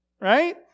right